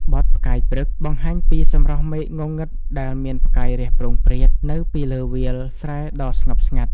បទ «ផ្កាយព្រឹក» បង្ហាញពីសម្រស់មេឃងងឹតដែលមានផ្កាយរះព្រោងព្រាត នៅពីលើវាលស្រែដ៏ស្ងប់ស្ងាត់។